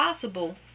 possible